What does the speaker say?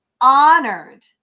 honored